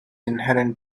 inherent